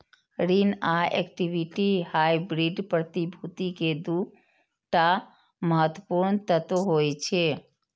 ऋण आ equity hybrid प्रतिभूति के दू टा महत्वपूर्ण तत्व होइ छै